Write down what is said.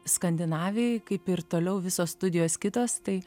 skandinavijoj kaip ir toliau visos studijos kitos tai